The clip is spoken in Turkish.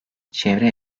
çevre